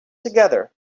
together